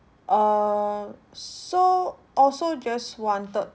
err so also just wanted